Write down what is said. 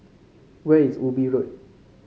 where is Ubi Road